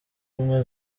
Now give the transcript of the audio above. ubumwe